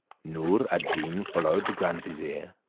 noor ad deen followed the grand vizier,